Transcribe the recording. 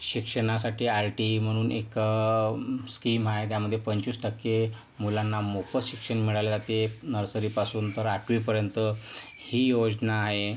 शिक्षणासाठी R T E म्हणून एक स्कीम आहे त्यामध्ये पंचवीस टक्के मुलांना मोफत शिक्षण मिळाल्या जाते नर्सरीपासून तर आठवीपर्यंत ही योजना आहे